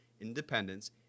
independence